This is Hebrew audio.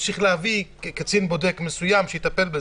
צריך להביא קצין בודק מסוים שיטפל בזה,